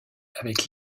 avec